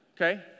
okay